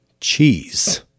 Cheese